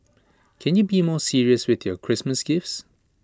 can you be more serious with your Christmas gifts